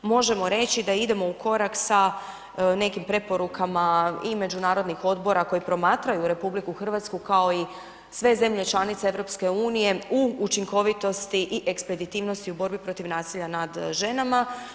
Možemo reći da idemo u korak sa nekim preporukama i međunarodnih odbora koji promatraju RH kao i sve zemlje članice EU u učinkovitosti i ekspeditivnosti u borbi protiv nasilja nad ženama.